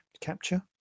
Capture